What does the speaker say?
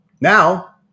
now